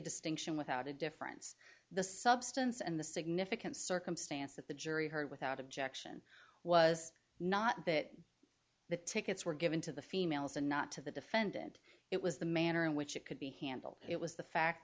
distinction without a difference the substance and the significance circumstance that the jury heard without objection was not that the tickets were given to the females and not to the defendant it was the manner in which it could be handled it was the fact